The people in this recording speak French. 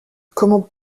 comment